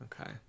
okay